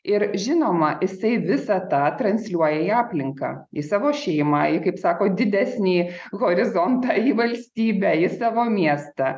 ir žinoma jisai visą tą transliuoja į aplinką į savo šeimą į kaip sako didesnį horizontą į valstybę į savo miestą